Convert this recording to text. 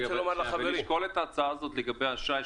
לשקול את ההצעה הזאת לגבי האשראי,